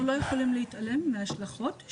אנחנו לא יכולים להתעלם מההשלכות.